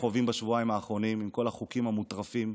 חווים בשבועיים האחרונים עם כל החוקים המוטרפים,